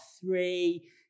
three